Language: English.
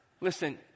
Listen